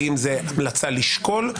האם זו המלצה לשקול?